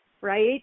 right